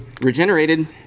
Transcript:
regenerated